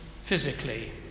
physically